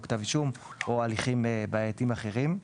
צו אישום או הליכים בעייתיים אחרים.